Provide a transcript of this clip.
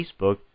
Facebook